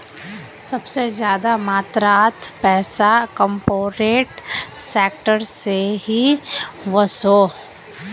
सबसे ज्यादा मात्रात पैसा कॉर्पोरेट सेक्टर से ही वोसोह